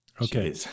okay